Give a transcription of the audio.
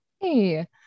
Hey